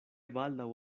baldaŭ